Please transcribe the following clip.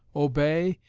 obey,